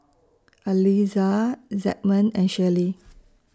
Eliza Zigmund and Shirley